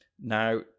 Now